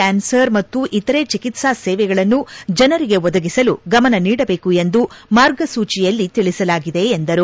cancer ಮತ್ತು ಇತರೆ ಚಿಕಿತ್ಸಾ ಸೇವೆಗಳನ್ನು ಜನರಿಗೆ ಒದಗಿಸಲು ಗಮನ ನೀಡಬೇಕು ಎಂದು ಮಾರ್ಗಸೂಚಿಯಲ್ಲಿ ತಿಳಸಲಾಗಿದೆ ಎಂದರು